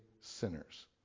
sinners